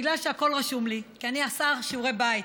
בגלל שהכול רשום לי, כי אני עושה שיעורי בית.